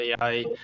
ai